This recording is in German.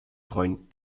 freuen